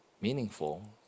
meaningful